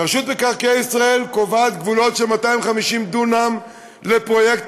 רשות מקרקעי ישראל קובעת גבולות של 250 דונם לפרויקטים